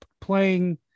playing